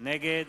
נגד